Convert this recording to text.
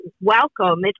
welcome